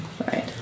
right